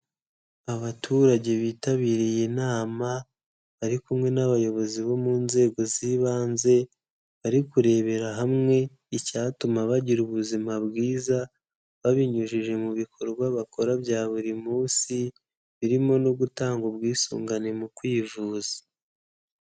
Abaturage bitabiriye inama bari kumwe n'abayobozi bo mu nzego z'ibanze, bari kurebera hamwe icyatuma bagira ubuzima bwiza babinyujije mu bikorwa bakora bya buri munsi; birimo no gutanga ubwisungane mu kwivuza.